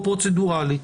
כאן פרוצדורלית.